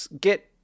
get